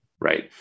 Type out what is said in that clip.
right